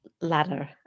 ladder